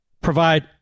provide